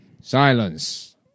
Silence